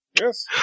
Yes